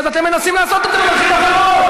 אז אתם מנסים לעשות את זה בדרכים אחרות.